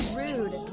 rude